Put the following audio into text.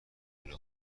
پول